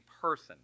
person